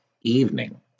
evening